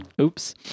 Oops